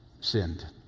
sinned